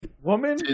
Woman